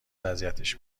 اذیتش